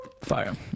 fire